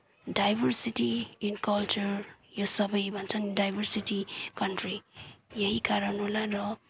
diversity in culture यो सबै भन्छन् डाइभर्सिटी कन्ट्री यही कारण होला र